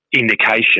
indication